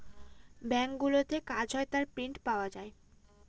ব্যাঙ্কগুলোতে কাজ হয় তার প্রিন্ট পাওয়া যায়